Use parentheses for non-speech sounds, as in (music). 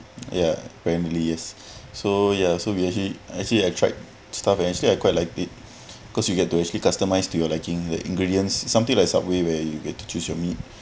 ya apparently yes (breath) so yeah so we actually actually I tried stuff'd and actually I quite liked it cause you get to actually customise to your liking like ingredients something like subway where you get to choose your meat